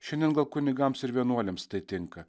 šiandien gal kunigams ir vienuoliams tai tinka